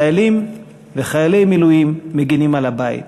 חיילים וחיילי מילואים מגינים על הבית.